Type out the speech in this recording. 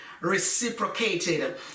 reciprocated